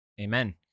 Amen